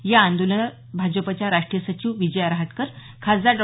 या आंदोलनात भाजपच्या राष्ट्रीय सचिव विजया रहाटकर खासदार डॉ